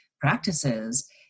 practices